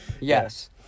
Yes